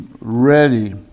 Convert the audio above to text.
ready